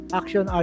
action